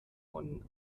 von